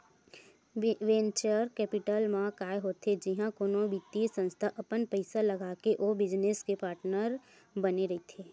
venture capital म काय होथे जिहाँ कोनो बित्तीय संस्था अपन पइसा लगाके ओ बिजनेस के पार्टनर बने रहिथे